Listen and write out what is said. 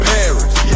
Paris